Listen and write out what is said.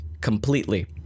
completely